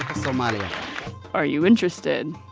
somalia are you interested?